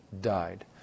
died